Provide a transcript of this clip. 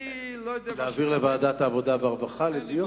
להעביר לוועדת העבודה והרווחה לדיון?